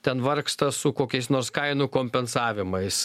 ten vargsta su kokiais nors kainų kompensavimais